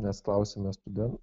nes klausėme studentų